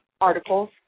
articles